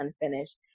unfinished